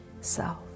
self